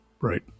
Right